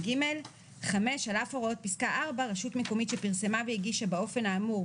ז' (פריסת המועדים להמשך עבודות ההנגשה),